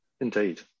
indeed